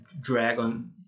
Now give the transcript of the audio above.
dragon